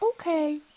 Okay